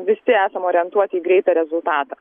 visi esam orientuoti į greitą rezultatą